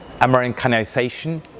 Americanization